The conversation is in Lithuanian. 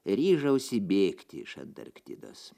ryžausi bėgti iš antarktidos